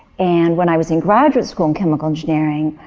and when i was in graduate school in chemical engineering,